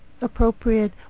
appropriate